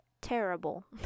terrible